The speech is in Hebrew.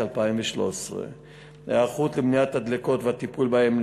2013. ההיערכות היא למניעת הדלקות ולטיפול בהן,